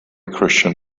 christian